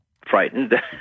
frightened